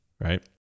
Right